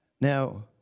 Now